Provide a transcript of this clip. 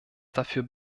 dafür